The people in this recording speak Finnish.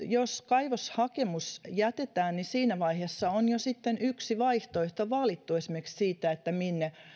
jos kaivoshakemus jätetään niin siinä vaiheessa on sitten yksi vaihtoehto jo valittu esimerkiksi siitä minne